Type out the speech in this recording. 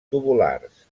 tubulars